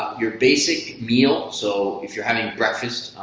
your basic meal, so if you're having breakfast